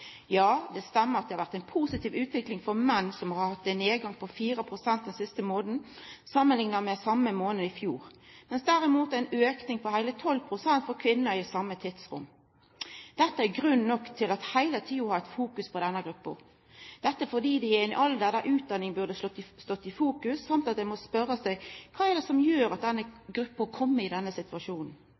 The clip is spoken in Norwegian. Ja, det stemmer at det har vore ei positiv utvikling for menn, som har hatt ein nedgang på 4 pst. den siste månaden samanlikna med den same månaden i fjor, mens det derimot er ei auke på heile 12 pst. for kvinner i same tidsrom. Dette er grunn nok til at ein heile tida må fokusera på denne gruppa, fordi dei er i ein alder der utdanning burde stått i fokus, og at ein må spørja seg: Kva er det som gjer at denne gruppa har kome i denne situasjonen?